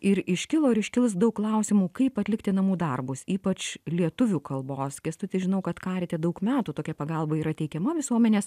ir iškilo ir iškils daug klausimų kaip atlikti namų darbus ypač lietuvių kalbos kęstuti žinau kad karite daug metų tokia pagalba yra teikiama visuomenės